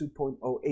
2.08%